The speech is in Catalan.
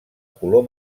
color